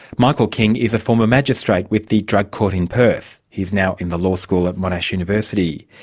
michael king is a former magistrate with the drug court in perth. he's now in the law school at monash university.